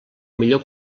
millor